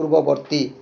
ପୂର୍ବବର୍ତ୍ତୀ